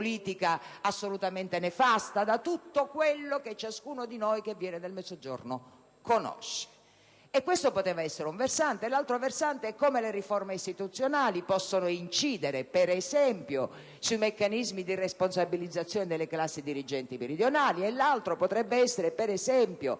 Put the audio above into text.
politica assolutamente nefasta, da tutto quello che ciascuno di noi che viene dal Mezzogiorno conosce. E questo poteva essere un versante. L'altro è come le riforme istituzionali possono incidere, per esempio, sui meccanismi di responsabilizzazione delle classi dirigenti meridionali. Uno ulteriore potrebbe essere la programmazione